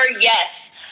yes